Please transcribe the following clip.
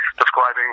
describing